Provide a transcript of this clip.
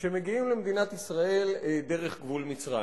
שמגיעים למדינת ישראל דרך גבול מצרים.